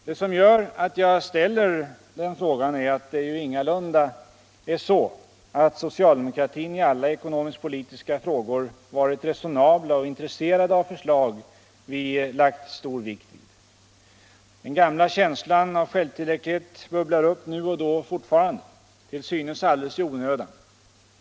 Det som gör att jag ställer frågan är att det ju ingalunda är så att socialdemokraterna i alla ekonomisk-politiska frågor varit resonabla och intresserade av förslag som vi lagt stor vikt vid. Den gamla känslan av självtillräcklighet bubblar upp nu och då fortfarande. Till synes alldeles i onödan.